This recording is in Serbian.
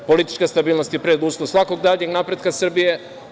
Politička stabilnost je preduslov svakog daljeg napretka Srbije.